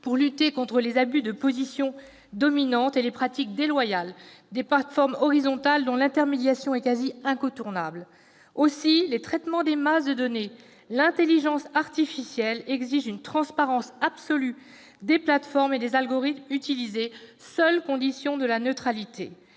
pour lutter contre les abus de position dominante et les pratiques déloyales des plateformes horizontales dont l'intermédiation est quasi incontournable. Mais les traitements des masses de données et les progrès de l'intelligence artificielle exigent une transparence absolue des plateformes et des algorithmes utilisés, seule condition de la neutralité.